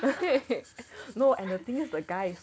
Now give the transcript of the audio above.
!hey! no and the thing is the guy is